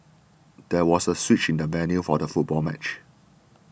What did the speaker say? there was a switch in the venue for the football match